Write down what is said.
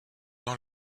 dans